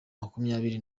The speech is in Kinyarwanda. makumyabiri